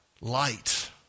Light